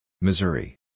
Missouri